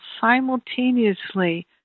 simultaneously